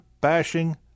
bashing